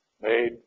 made